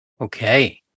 Okay